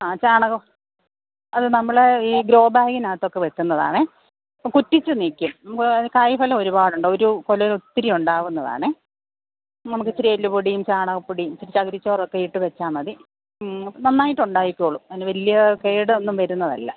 ആ ചാണകം അത് നമ്മൾ ഈ ഗ്രോ ബാഗിനകത്തൊക്കെ വയ്ക്കുന്നതാണേ അപ്പോൾ കുറ്റിച്ച് നിൽക്കും കായ് ഫലം ഒരുപാടുണ്ട് ഒരു കുല ഒത്തിരി ഉണ്ടാവുന്നതാണേ നമുക്ക് ഇത്തിരി എല്ലുപൊടിയും ചാണകപ്പൊടിയും ഇത്തിരി ചകിരി ചോറൊക്കെ ഇട്ട് വെച്ചാൽ മതി നന്നായിട്ട് ഉണ്ടായിക്കോളും അതിന് വലിയ കേടൊന്നും വരുന്നതല്ല